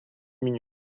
minutes